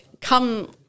come